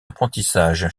apprentissage